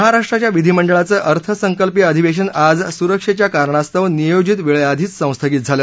महाराष्ट्राच्या विधिमंडळाचं अर्थसंकल्पीय अधिवेशन आज सुरक्षेच्या कारणास्तव नियोजित वेळेआधीच संस्थगित झालं